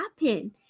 happen